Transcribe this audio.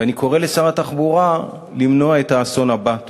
ואני קורא לשר התחבורה למנוע את האסון הבא.